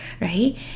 right